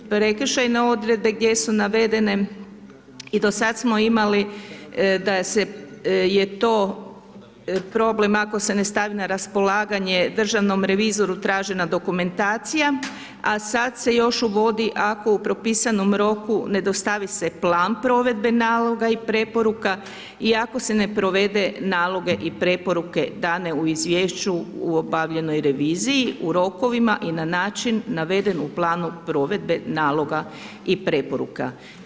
Prekršajne odredbe gdje su navedene i do sad smo imali da se je to problem ako se ne stavi na raspolaganje Državnom revizoru tražena dokumentacija a sada se još uvodi ako u propisanom roku ne dostavi se plan provedbe naloga i preporuka i ako se ne provede naloge i preporuke dane u izvješću u obavljenoj reviziji u rokovima i na način naveden u planu provedbe naloga i preporuka.